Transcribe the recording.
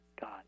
God